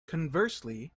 conversely